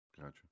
Gotcha